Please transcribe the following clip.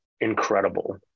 incredible